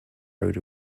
rowed